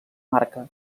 marca